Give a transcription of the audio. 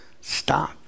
Stop